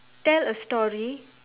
tell a story